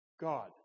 God